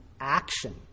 action